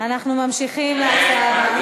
אנחנו ממשיכים להצעה,